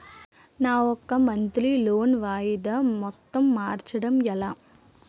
నా యెక్క monthly loan వాయిదా మొత్తం మార్చడం ఎలా?